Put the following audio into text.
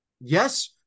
Yes